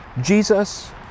Jesus